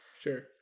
Sure